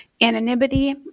anonymity